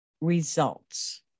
results